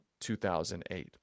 2008